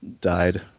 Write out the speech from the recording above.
died